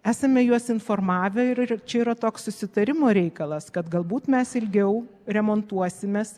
esame juos informavę ir ir čia yra toks susitarimo reikalas kad galbūt mes ilgiau remontuosimės